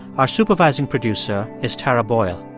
our supervising producer is tara boyle